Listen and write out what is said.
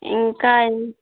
ఇంకా